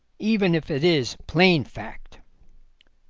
even if it is plain fact